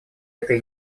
этой